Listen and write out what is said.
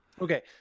Okay